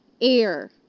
air